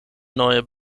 neue